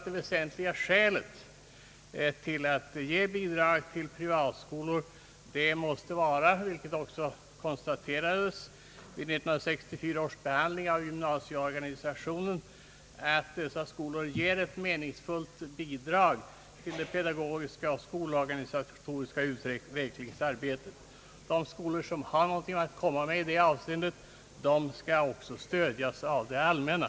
Det väsentliga skälet för bidrag till privatskolor måste vara, vilket också konstaterades vid 1964 års behandling av gymnasieorganisationen, att dessa skolor ger ett meningsfullt bidrag till det pedagogiska och skolorganisatoriska utvecklingsarbetet. De skolor som har någonting att komma med i detta avseende skall också stödjas av det allmänna.